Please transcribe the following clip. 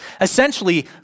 essentially